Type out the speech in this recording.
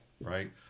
right